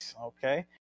Okay